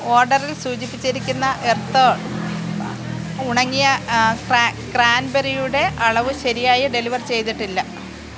ഓർഡറിൽ സൂചിപ്പിച്ചിരിക്കുന്ന എർത്ത് ഉൺ ഉണങ്ങിയ ക്രാൻബെറിയുടെ അളവ് ശരിയായി ഡെലിവർ ചെയ്തിട്ടില്ല